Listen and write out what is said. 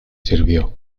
sirvió